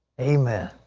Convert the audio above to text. amen.